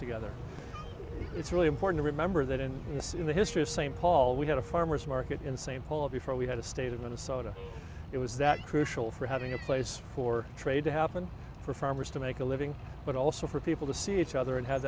together it's really important to remember that in this in the history of st paul we had a farmer's market in st paul before we had a state of minnesota it was that crucial for having a place for trade to happen for farmers to make a living but also for people to see each other and have